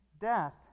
death